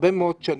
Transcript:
הרבה מאוד שנים,